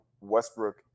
Westbrook